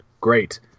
great